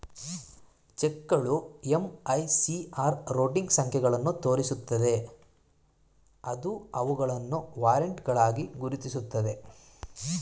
ಚೆಕ್ಗಳು MICR routing ಸಂಖ್ಯೆಗಳನ್ನು ತೋರಿಸುತ್ತವೆ ಅದು ಅವುಗಳನ್ನು ವಾರೆಂಟ್ಗಳಾಗಿ ಗುರುತಿಸುತ್ತದೆ